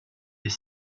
est